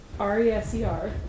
R-E-S-E-R